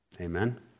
Amen